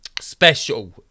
special